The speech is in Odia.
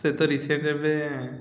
ସେତ ରିସେଣ୍ଟ୍ ଏବେ